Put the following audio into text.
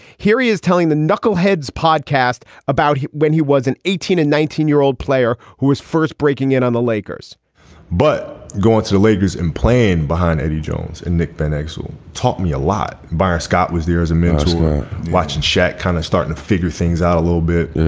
here he is telling the knuckleheads podcast about when he was an eighteen and nineteen year old player who was first breaking in on the lakers but going to the lakers and playing behind eddie jones and nick van exel taught me a lot. byron scott was there as a man watching shaq, kind of starting to figure things out a little bit,